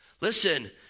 Listen